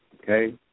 okay